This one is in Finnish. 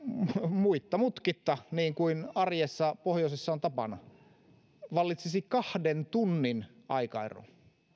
muitta mutkitta niin kuin arjessa pohjoisessa on tapana vallitsisi kahden tunnin aikaero